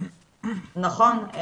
נכון.